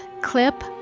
clip